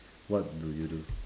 what do you do